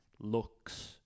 looks